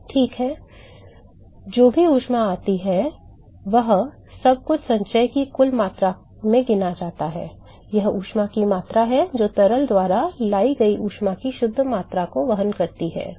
ठीक है लेकिन जो भी ऊष्मा आती है वह सब कुछ संचय की कुल मात्रा में गिना जाता है यह ऊष्मा की मात्रा है जो तरल द्वारा लाई गई ऊष्मा की शुद्ध मात्रा को वहन करती है